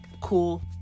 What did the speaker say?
cool